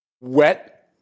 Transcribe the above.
wet